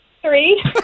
Three